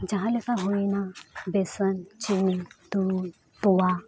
ᱡᱟᱦᱟᱸᱞᱮᱠᱟ ᱦᱩᱭᱮᱱᱟ ᱵᱮᱥᱚᱱ ᱪᱤᱱᱤ ᱫᱳᱭ ᱛᱚᱣᱟ